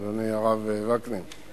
אדוני הרב וקנין.